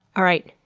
all right!